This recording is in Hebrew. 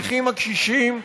הנכים הקשישים,